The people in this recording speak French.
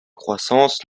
croissance